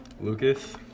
Lucas